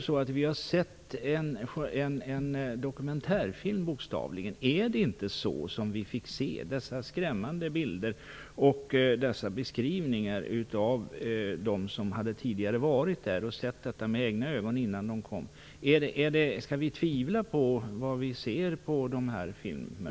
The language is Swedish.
Vi har sett en dokumentärfilm. Är det inte på det sätt som vi fick se, dessa skrämmande bilder och beskrivningar av dem som tidigare varit där och sett detta med egna ögon innan de filmade? Skall vi tvivla på vad vi ser på dessa filmer?